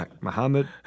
Muhammad